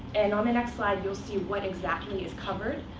and on the next slide, you'll see what exactly is covered.